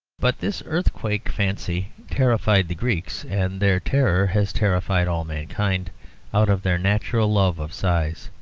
but this earthquake fancy terrified the greeks, and their terror has terrified all mankind out of their natural love of size,